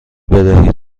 بدهید